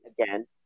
again